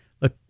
look